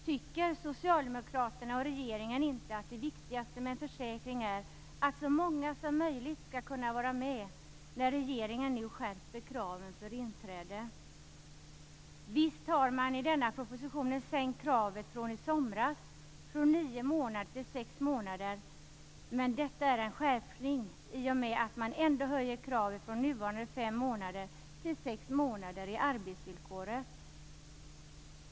Tycker socialdemokraterna och regeringen inte att det viktigaste med en försäkring är att så många som möjligt skall kunna vara med när regeringen nu skärper kraven för inträde? Visst har man i denna proposition sänkt kraven från i somras, från nio månader till sex månader. Men detta är en skärpning i och med att man ändå höjer kraven från nuvarande fem månader till sex månader i arbetsvillkoret.